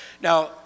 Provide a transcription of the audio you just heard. Now